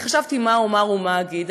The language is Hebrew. כי חשבתי מה אומר ומה אגיד,